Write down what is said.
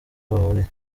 bahuriye